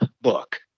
book